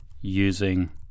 using